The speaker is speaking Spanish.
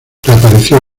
reapareció